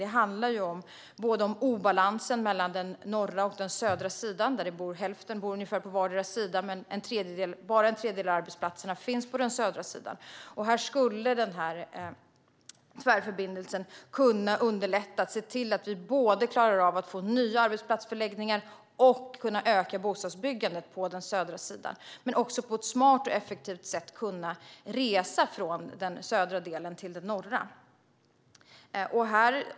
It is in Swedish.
Det finns en obalans i regionen mellan den norra och den södra sidan. Ungefär hälften bor på vardera sidan, men bara en tredjedel av arbetsplatserna finns på den södra sidan. Tvärförbindelsen skulle kunna underlätta för oss att få nya arbetsplatser och öka bostadsbyggandet på den södra sidan men också se till att man på ett smart och effektivt sätt kan resa från den södra delen till den norra.